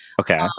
okay